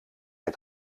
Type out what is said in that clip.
hij